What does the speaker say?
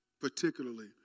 particularly